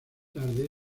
tarde